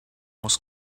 was